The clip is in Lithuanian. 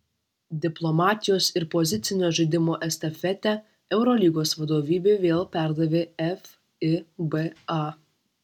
diplomatijos ir pozicinio žaidimo estafetę eurolygos vadovybė vėl perdavė fiba